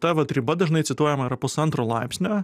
ta vat riba dažnai cituojama yra pusantro laipsnio